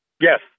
Yes